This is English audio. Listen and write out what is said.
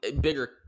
bigger